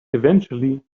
eventually